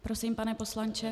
Prosím, pane poslanče.